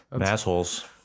Assholes